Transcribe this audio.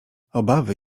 obawy